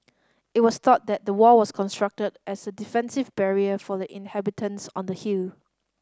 it was thought that the wall was constructed as a defensive barrier for the inhabitants on the hill